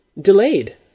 delayed